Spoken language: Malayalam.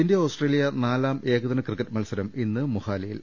ഇന്ത്യ ആസ്ത്രേലിയ നാലാം ഏകദിന ക്രിക്കറ്റ് മത്സരം ഇന്ന് മൊഹാലിയിൽ